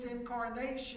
incarnation